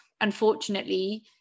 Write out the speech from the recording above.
unfortunately